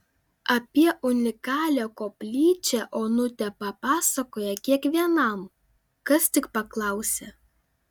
apie unikalią koplyčią onutė papasakoja kiekvienam kas tik paklausia